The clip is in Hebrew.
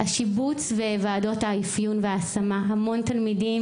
השיבוץ וועדות האפיון וההשמה המון תלמידים,